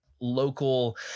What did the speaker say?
local